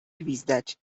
gwizdać